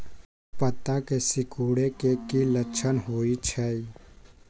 पत्ता के सिकुड़े के की लक्षण होइ छइ?